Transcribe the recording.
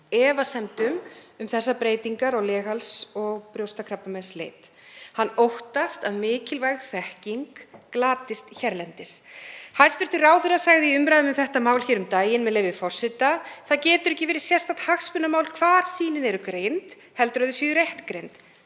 efasemdum um þessar breytingar í legháls- og brjóstakrabbameinsleit. Hann óttast að mikilvæg þekking glatist hérlendis. Hæstv. ráðherra sagði í umræðum um þetta mál hér um daginn: Það getur ekki verið sérstakt hagsmunamál hvar sýnin eru greind heldur að þau séu rétt greind.